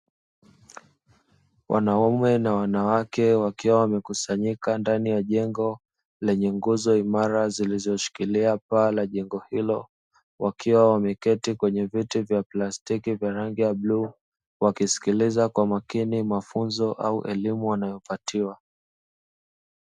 Wanaume na wanawake wakiwa wamekusanyika ndani ya jengo lenye nguzo imara zilizoshikilia paa la jengo hilo. Wakiwa wameketi kwenye viti vya plastiki vya rangi ya bluu wakisikiliza kwa makini mafunzo au elimu wanayopatiwa.